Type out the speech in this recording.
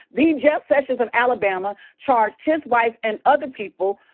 the jeff sessions of alabama, charged his wife and other people.